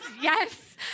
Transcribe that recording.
yes